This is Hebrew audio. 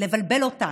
לבלבל אותנו.